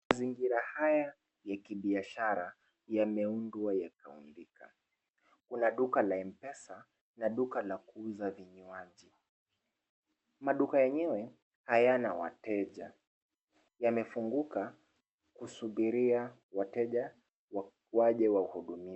Mazingira haya ya kibiashara yameundwa yakaumbika. Kuna duka la M-Pesa na duka la kuuza vinywaji. Maduka yenyewe hayana wateja. Yamefunguka kusubiria wateja waje wahudumiwe.